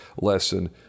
lesson